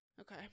Okay